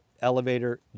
elevator